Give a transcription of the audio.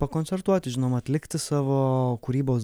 pakoncertuoti žinoma atlikti savo kūrybos